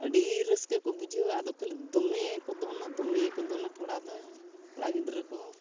ᱟᱹᱰᱤ ᱨᱟᱹᱥᱠᱟᱹ ᱠᱚ ᱵᱩᱡᱷᱟᱹᱣᱟ ᱟᱫᱚ ᱠᱷᱟᱹᱞᱤ ᱫᱚᱢᱮ ᱠᱚ ᱫᱚᱱᱟ ᱫᱚᱢᱮ ᱠᱚ ᱫᱚᱱᱟ ᱠᱚᱲᱟ ᱫᱚ ᱠᱚᱲᱟ ᱜᱤᱫᱽᱨᱟᱹ ᱠᱚ